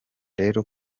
rero